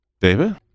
David